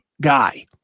guy